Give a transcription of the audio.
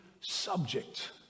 subject